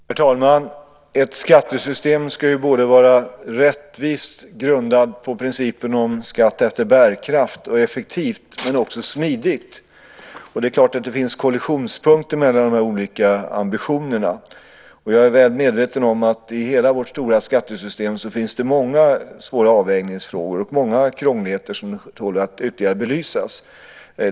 Herr talman! Ett skattesystem ska ju både vara rättvist, grundat på principen om skatt efter bärkraft, och effektivt. Men det ska också vara smidigt. Det är klart att det finns kollisionspunkter mellan de olika ambitionerna. Jag är väl medveten om att det finns många svåra avvägningsfrågor i hela vårt stora skattesystem och många krångligheter som tål att ytterligare belysas.